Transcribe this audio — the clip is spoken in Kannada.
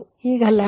ಈಗ 73